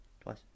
twice